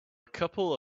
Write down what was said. couple